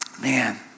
man